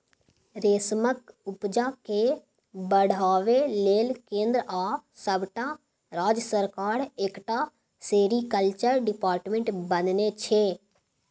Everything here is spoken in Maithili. रेशमक उपजा केँ बढ़ाबै लेल केंद्र आ सबटा राज्य सरकार एकटा सेरीकल्चर डिपार्टमेंट बनेने छै